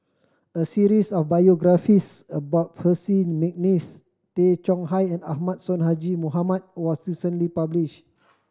a series of biographies about Percy McNeice Tay Chong Hai and Ahmad Sonhadji Mohamad was recently published